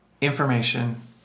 Information